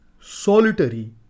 Solitary